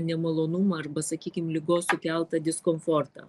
nemalonumą arba sakykim ligos sukeltą diskomfortą